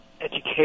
education